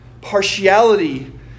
Partiality